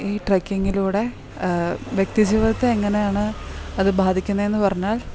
ഈ ട്രക്കിങ്ങിലൂടെ വ്യക്തിജീവിതത്തെ എങ്ങനെയാണ് അത് ബാധിക്കുന്നത് എന്ന് പറഞ്ഞാൽ